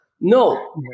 No